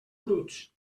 bruts